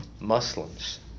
Muslims